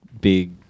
big